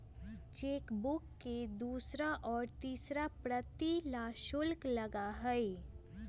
chequebook के दूसरा और तीसरा प्रति ला शुल्क लगा हई